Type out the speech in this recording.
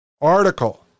article